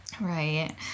Right